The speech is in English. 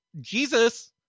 Jesus